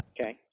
Okay